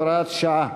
הוראת שעה),